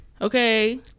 Okay